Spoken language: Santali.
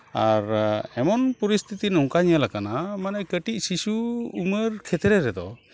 ᱟᱨ ᱮᱢᱚᱱ ᱯᱚᱨᱤᱥᱛᱷᱤᱛᱤ ᱱᱚᱝᱠᱟ ᱧᱮᱞᱟᱠᱟᱱᱟ ᱢᱟᱱᱮ ᱠᱟᱹᱴᱤᱡ ᱥᱤᱥᱩ ᱩᱢᱮᱹᱨ ᱠᱷᱮᱛᱨᱮ ᱨᱮᱫᱚ